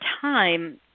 time